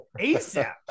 asap